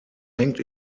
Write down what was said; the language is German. hängt